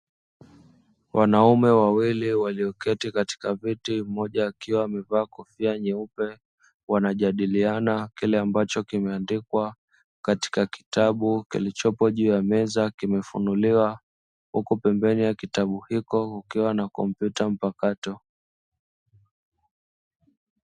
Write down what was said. Wanaume wawili walioketi katika viti mmoja akiwa amevaa kofia nyeupe, wanajadiliana kile ambacho kimeandikwa katika kitabu kilichopo juu ya meza limefunguliwa. Huku pembeni ya kitabu hicho kukiwa na kompyuta mpakato.